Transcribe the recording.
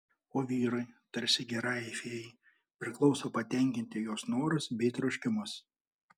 o vyrui tarsi gerajai fėjai priklauso patenkinti jos norus bei troškimus